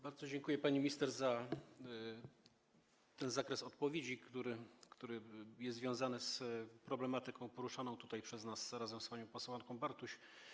Bardzo dziękuję, pani minister, za ten zakres odpowiedzi, który jest związany z problematyką poruszaną tutaj przez nas razem z panią posłanką Bartuś.